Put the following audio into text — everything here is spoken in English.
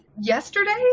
yesterday